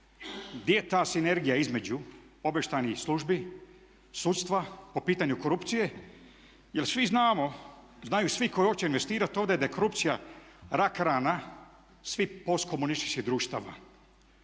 gdje je ta sinergija između obavještajnih službi, sudstva po pitanju korupcije jer svi znamo, znaju svi koji hoće investirati ovdje da je korupcija rak rana svih postkomunističkih društava.